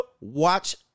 watch